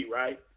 right